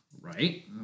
Right